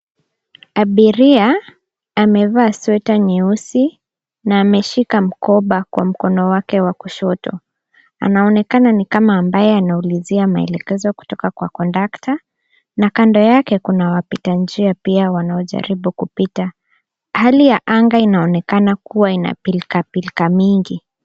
Abiria amevaa sweta nyeusi na ameshika mkoba kwa mkono wake wa kushoto. Anaonekana ni kama ambaye anaulizia maelekezo kutoka kwa kondakta na kando yake kuna wapita njia pia wanaojaribu kupita. Hali ya anga inaonekana kuwa ina pilka pilka mingi.